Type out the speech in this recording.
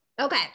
Okay